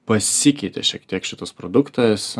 pasikeitė šiek tiek šitas produktas